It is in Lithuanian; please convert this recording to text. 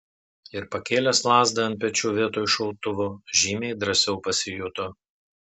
ir pakėlęs lazdą ant pečių vietoj šautuvo žymiai drąsiau pasijuto